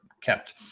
kept